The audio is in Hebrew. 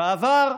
בעבר,